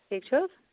ٹھیٖک چھِ حظ